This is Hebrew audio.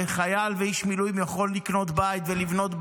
וחייל ואיש מילואים יכול לקנות בית ולבנות בית.